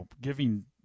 giving